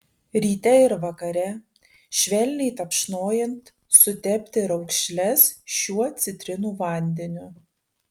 ryte ir vakare švelniai tapšnojant sutepti raukšles šiuo citrinų vandeniu